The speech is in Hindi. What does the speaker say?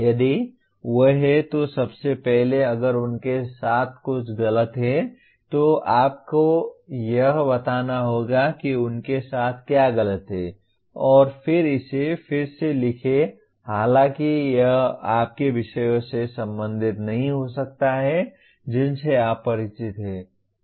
यदि वे हैं तो सबसे पहले अगर उनके साथ कुछ गलत है तो आपको यह बताना होगा कि उनके साथ क्या गलत है और फिर इसे फिर से लिखें हालांकि यह आपके विषयों से संबंधित नहीं हो सकता है जिनसे आप परिचित हैं